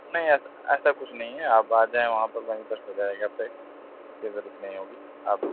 نہیں ایسا ایسا کچھ نہیں ہے آپ آ جائیں وہاں پر وہیں پر ہو جائے گا پے اُس کی ضرورت نہیں ہوگی آپ